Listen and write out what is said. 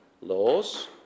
laws